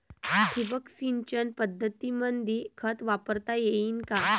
ठिबक सिंचन पद्धतीमंदी खत वापरता येईन का?